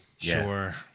Sure